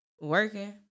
working